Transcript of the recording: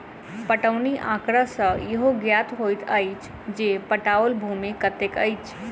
पटौनी आँकड़ा सॅ इहो ज्ञात होइत अछि जे पटाओल भूमि कतेक अछि